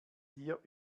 hier